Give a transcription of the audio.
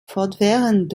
fortwährend